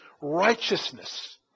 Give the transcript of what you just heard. righteousness